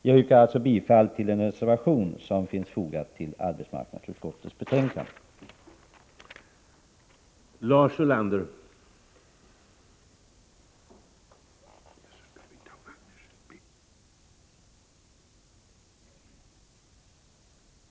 Jag yrkar alltså bifall till den reservation som är fogad till arbetsmarknadsutskottets betänkande 14.